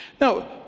Now